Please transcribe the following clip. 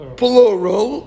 plural